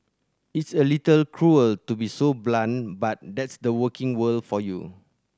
it's a little cruel to be so blunt but that's the working world for you